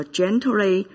gently